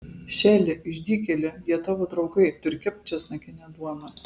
šeli išdykėli jie tavo draugai tu ir kepk česnakinę duoną